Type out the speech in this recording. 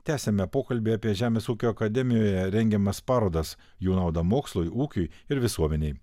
tęsiame pokalbį apie žemės ūkio akademijoje rengiamas parodas jų naudą mokslui ūkiui ir visuomenei